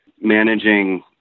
managing